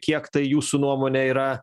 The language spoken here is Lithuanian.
kiek tai jūsų nuomone yra